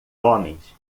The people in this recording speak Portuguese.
homens